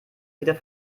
wieder